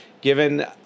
given